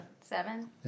Seven